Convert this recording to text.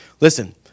Listen